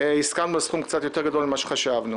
אנחנו הסכמנו לסכום קצת יותר גדול ממה שחשבנו.